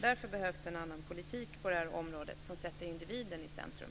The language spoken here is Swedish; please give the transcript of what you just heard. Därför behövs det en annan politik på det här området som sätter individen i centrum.